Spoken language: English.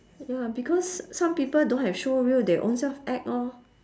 ya because some people don't have showreel they ownself act lor